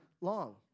long